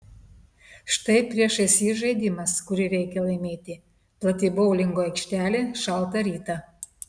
štai priešais jį žaidimas kurį reikia laimėti plati boulingo aikštelė šaltą rytą